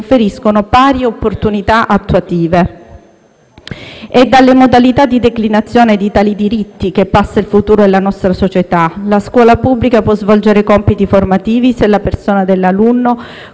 conferiscono pari opportunità attuative. È dalle modalità di declinazione di tali diritti che passa il futuro della nostra società. La scuola pubblica può svolgere compiti formativi se la persona dell'alunno,